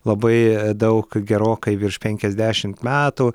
labai daug gerokai virš penkiasdešimt metų